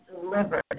delivered